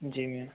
जी ma'am